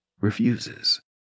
refuses